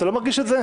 אתה לא מרגיש את זה?